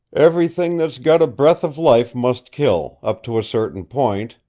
everything that's got a breath of life must kill up to a certain point,